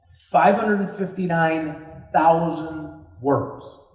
five hundred and fifty nine thousand words.